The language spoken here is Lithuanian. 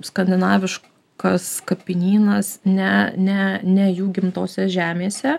skandinaviškas kapinynas ne ne ne jų gimtose žemėse